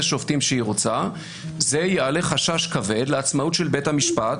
שופטים שהיא רוצה זה יעלה חשש כבד לעצמאות של בית המשפט,